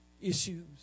issues